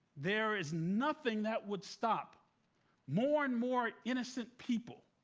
there is nothing that would stop more and more innocent people